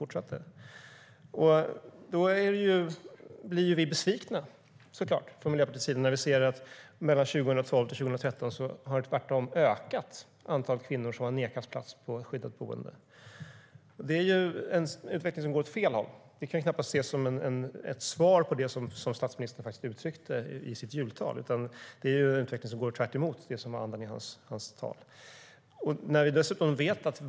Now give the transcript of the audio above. Då blir vi såklart besvikna från Miljöpartiets sida när vi ser att antalet kvinnor som nekats plats på skyddat boende tvärtom ökat mellan 2012 och 2013. Det är en utveckling som går åt fel håll. Det kan knappast ses som ett svar på det som statsministern uttryckte i sitt jultal. Utvecklingen går tvärtemot andan i hans tal.